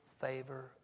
favor